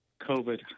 COVID